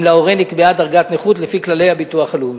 אם להורה נקבעה דרגת נכות לפי כללי הביטוח הלאומי.